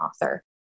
author